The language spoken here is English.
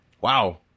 Wow